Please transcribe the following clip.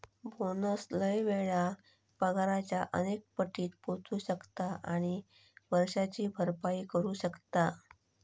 bonus लय वेळा पगाराच्या अनेक पटीत पोचू शकता आणि वर्षाची भरपाई करू शकता